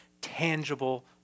tangible